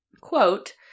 quote